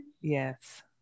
Yes